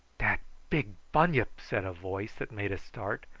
dat big bunyip, said a voice that made us start,